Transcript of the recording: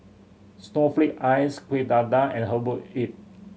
snowflake ice Kueh Dadar and herbal egg